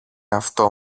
αυτό